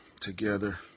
together